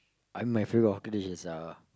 I mean my favourite hawker dish is uh